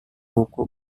buku